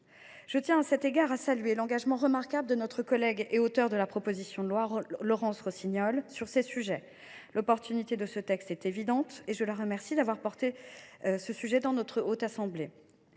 Je tiens à cet égard à saluer l’engagement remarquable de notre collègue et auteure de cette proposition de loi, Laurence Rossignol, sur ces sujets. L’opportunité de ce texte est évidente, et je la remercie de l’avoir porté dans la Haute Assemblée.